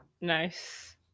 Nice